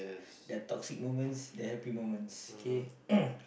there are toxic moments there are happy moments okay